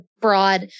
broad